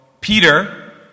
Peter